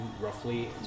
roughly